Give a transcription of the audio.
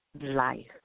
life